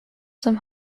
zum